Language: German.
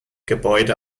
gebäude